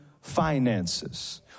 finances